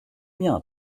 bien